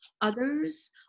others